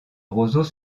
roseaux